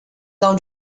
come